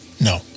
No